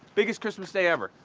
biggest christmas day ever.